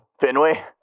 Fenway